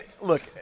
look